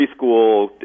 preschool